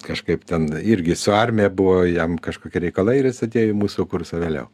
kažkaip ten irgi su armija buvo jam kažkokie reikalai ir jis atėjo į mūsų kursą vėliau